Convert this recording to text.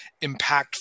impactful